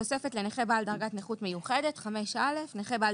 "תוספת לנכה בעל דרגת נכות מיוחדת 5א. נכה בעל